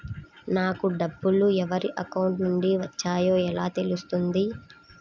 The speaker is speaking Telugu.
నాకు డబ్బులు ఎవరి అకౌంట్ నుండి వచ్చాయో ఎలా తెలుస్తుంది?